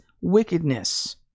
wickedness